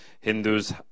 hindus